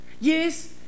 yes